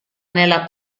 nella